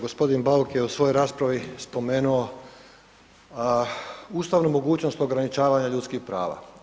Gospodin Bauk je u svojoj raspravi spomenuo ustavnu mogućnost ograničavanja ljudskih prava.